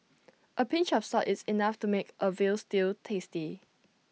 A pinch of salt is enough to make A Veal Stew tasty